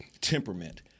temperament